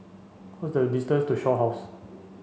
what the distance to Shaw House